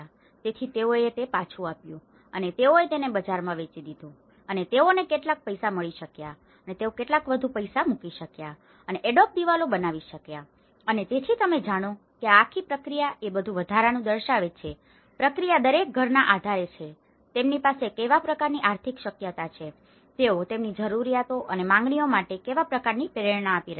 તેથી તેઓએ તે પાછું આપ્યું છે અને તેઓએ તેને બજારમાં વેચી દીધું હતું અને તેઓને કેટલાક પૈસા મળી શક્યા હતા અને તેઓ કેટલાક વધુ પૈસા મૂકી શક્યા હતા અને એડોબ દિવાલો બનાવી શક્યા હતા અને તેથી તમે જાણો છો કે આ આખી પ્રક્રિયા તે બધું વધારાનું દર્શાવે છે પ્રક્રિયા દરેક ઘરના આધારે છે કે તેમની પાસે કેવા પ્રકારની આર્થિક શક્યતા છે તેઓ તેમની જરૂરિયાતો અને માંગણીઓ માટે કેવા પ્રકારની પ્રેરણા આપી રહ્યા છે